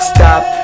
Stop